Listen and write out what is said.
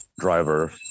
driver